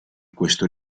questo